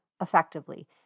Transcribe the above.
effectively